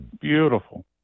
Beautiful